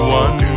one